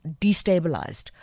destabilized